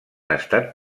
estat